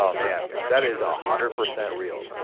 um man. that is a hundred percent real.